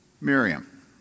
Miriam